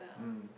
mm